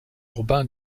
urbain